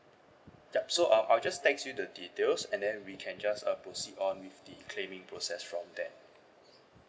yup so uh I'll just text you the details and then we can just uh proceed on with the claiming process from there